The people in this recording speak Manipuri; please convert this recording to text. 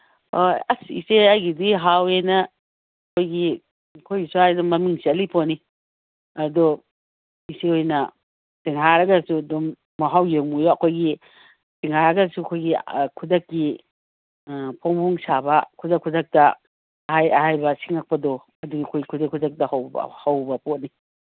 ꯍꯣꯏ ꯑꯁ ꯏꯆꯦ ꯑꯩꯒꯤꯗꯤ ꯍꯥꯎꯋꯦꯅ ꯑꯩꯈꯣꯏꯒꯤ ꯑꯩꯈꯣꯏ ꯁ꯭ꯋꯥꯏꯗ ꯃꯃꯤꯡ ꯆꯠꯂꯤꯄꯣꯠꯅꯤ ꯑꯗꯨ ꯏꯆꯦ ꯍꯣꯏꯅ ꯁꯤꯡꯍꯥꯔꯒꯁꯨ ꯑꯗꯨꯝ ꯃꯍꯥꯎ ꯌꯦꯡꯕꯤꯌꯨ ꯑꯩꯈꯣꯏꯒꯤ ꯁꯤꯡꯍꯥꯔꯒꯁꯨ ꯑꯩꯈꯣꯏꯒꯤ ꯈꯨꯗꯛꯀꯤ ꯐꯣꯡ ꯐꯣꯡ ꯁꯥꯕ ꯈꯨꯗꯛ ꯈꯨꯗꯛꯇ ꯑꯍꯥꯏ ꯑꯍꯥꯏꯕ ꯁꯤꯡꯉꯛꯄꯗꯣ ꯑꯗꯨ ꯑꯩꯈꯣꯏ ꯈꯨꯗꯛ ꯈꯨꯗꯛꯇ ꯍꯧꯕ ꯄꯣꯠꯅꯤ